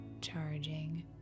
charging